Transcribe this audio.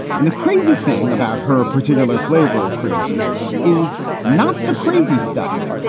and the crazy thing about her particular flavor of crazy is not the crazy stuff.